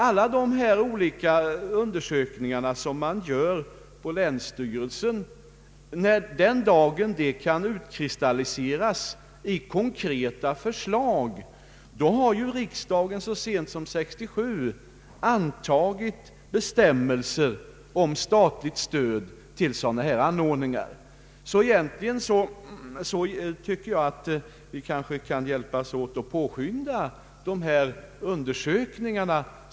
Alla dessa olika undersökningar kommer väl att leda till konkreta förslag, och jag vill erinra om att riksdagen så sent som 1967 antagit bestämmelser om statligt stöd till sådana anordningar. Vad vi nu kan göra är att hjälpas åt att påskynda undersökningarna.